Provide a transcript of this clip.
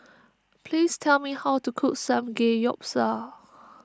please tell me how to cook Samgeyopsal